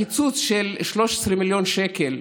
הקיצוץ של 13 מיליון שקל,